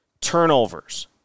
turnovers